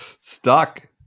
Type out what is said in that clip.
Stuck